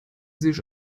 sich